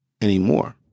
anymore